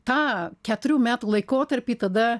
tą keturių metų laikotarpį tada